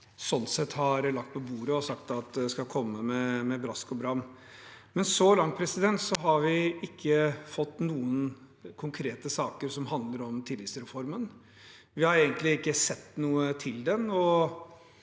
sett har lagt på bordet og sagt at skal komme med brask og bram. Så langt har vi ikke fått noen konkrete saker som handler om tillitsreformen. Vi har egentlig ikke sett noe til den.